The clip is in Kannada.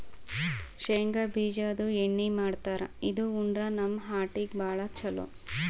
ಶೇಂಗಾ ಬಿಜಾದು ಎಣ್ಣಿ ಮಾಡ್ತಾರ್ ಇದು ಉಂಡ್ರ ನಮ್ ಹಾರ್ಟಿಗ್ ಭಾಳ್ ಛಲೋ